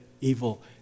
evil